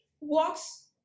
walks